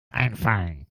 einfallen